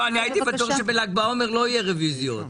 הייתי בטוח שב-ל"ג בעומר לא יהיו רוויזיות.